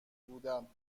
بودم